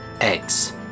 eggs